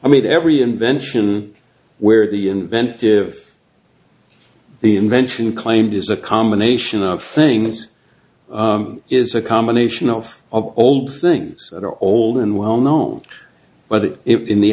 i mean every invention where the inventive the invention claimed is a combination of things is a combination of old things that are old and well known but it in the